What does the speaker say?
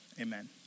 amen